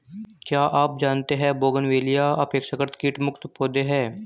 क्या आप जानते है बोगनवेलिया अपेक्षाकृत कीट मुक्त पौधे हैं?